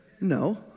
No